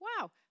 wow